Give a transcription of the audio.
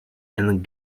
and